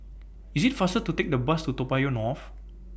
IS IT faster to Take The Bus to Toa Payoh North